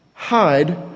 hide